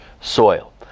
soil